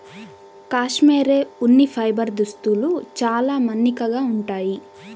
cashmere ఉన్ని fibre దుస్తులు చాలా మన్నికగా ఉంటాయి